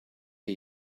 wir